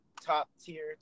top-tier